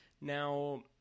Now